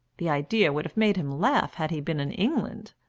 the idea would have made him laugh had he been in england.